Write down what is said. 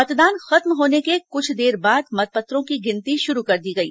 मतदान खत्म होने के कुछ देर बाद मतपत्रों की गिनती शुरू कर दी गई